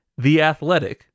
THEATHLETIC